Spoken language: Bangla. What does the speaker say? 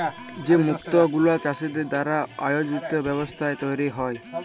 যে মুক্ত গুলা চাষীদের দ্বারা আয়জিত ব্যবস্থায় তৈরী হ্যয়